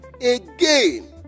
again